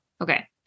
Okay